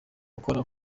gukora